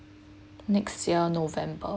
next year november